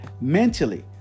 mentally